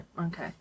okay